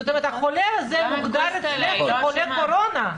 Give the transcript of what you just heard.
זאת אומרת, החולה הזה מוגדר אצלך כחולה קורונה.